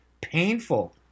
painful